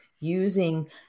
using